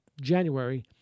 January